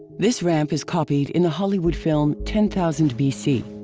this ramp is copied in the hollywood film ten thousand bc.